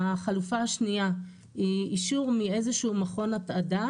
החלופה השניה היא אישור מאיזה שהוא מכון התעדה